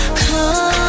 come